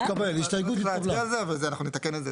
אנחנו נתקן את זה.